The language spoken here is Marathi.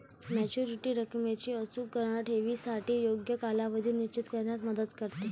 मॅच्युरिटी रकमेची अचूक गणना ठेवीसाठी योग्य कालावधी निश्चित करण्यात मदत करते